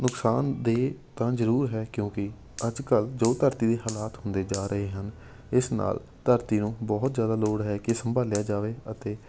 ਨੁਕਸਾਨ ਦੇਹ ਤਾਂ ਜ਼ਰੂਰ ਹੈ ਕਿਉਂਕਿ ਅੱਜ ਕੱਲ ਜੋ ਧਰਤੀ ਦੇ ਹਾਲਾਤ ਹੁੰਦੇ ਜਾ ਰਹੇ ਹਨ ਇਸ ਨਾਲ ਧਰਤੀ ਨੂੰ ਬਹੁਤ ਜ਼ਿਆਦਾ ਲੋੜ ਹੈ ਕਿ ਸੰਭਾਲਿਆ ਜਾਵੇ ਅਤੇ